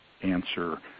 answer